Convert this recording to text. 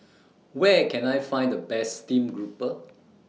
Where Can I Find The Best Steamed Grouper